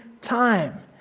time